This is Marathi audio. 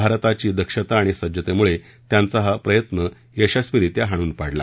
भारताची मात्र दक्षता आणि सज्जतेमुळे त्यांचा हा प्रयत्न यशस्वीरित्या हाणून पाडला